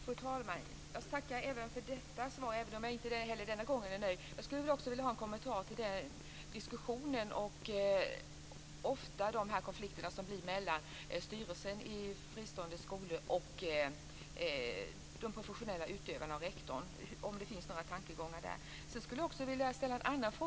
Fru talman! Jag tackar även för detta svar, även om jag inte heller denna gång är nöjd. Jag skulle vilja ha en kommentar till de konflikter som ofta uppstår mellan styrelsen i fristående skolor och deras rektor och professionella utövare. Finns det några tankegångar kring detta?